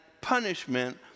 punishment